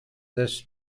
this